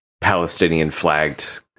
Palestinian-flagged